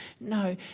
No